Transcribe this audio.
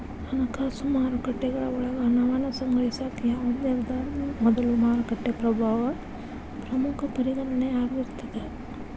ಹಣಕಾಸು ಮಾರುಕಟ್ಟೆಗಳ ಒಳಗ ಹಣವನ್ನ ಸಂಗ್ರಹಿಸಾಕ ಯಾವ್ದ್ ನಿರ್ಧಾರದ ಮೊದಲು ಮಾರುಕಟ್ಟೆ ಪ್ರಭಾವ ಪ್ರಮುಖ ಪರಿಗಣನೆ ಆಗಿರ್ತದ